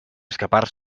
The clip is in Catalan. escapar